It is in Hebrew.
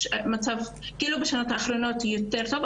בשנים האחרונות יש שיפור,